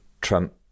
Trump